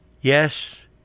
Yes